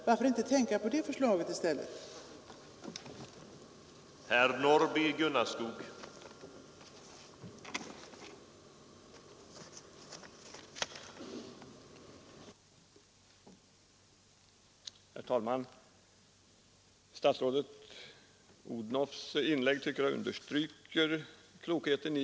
Varför inte tänka på det förslaget i stället, fru Odhnoff?